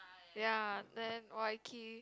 ya then Waikir